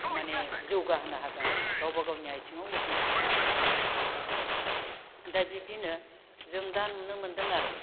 थारमाने जौगाहोनो हादोंमोन आरो गावबा गावनि आथिङाव गसंनो हादों बिथांमोना दा बिब्दिनो जों दा नुनो मोन्दों आरो